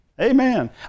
Amen